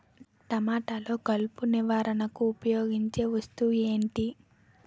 టమాటాలో కలుపు నివారణకు ఉపయోగించే వస్తువు ఏంటి?